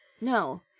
no